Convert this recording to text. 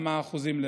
גם האחוזים,